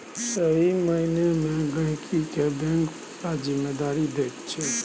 सही माइना मे गहिंकी केँ बैंक पुरा जिम्मेदारी दैत छै